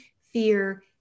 fear